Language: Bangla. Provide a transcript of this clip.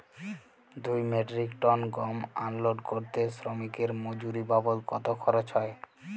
দুই মেট্রিক টন গম আনলোড করতে শ্রমিক এর মজুরি বাবদ কত খরচ হয়?